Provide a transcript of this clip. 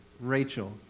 Rachel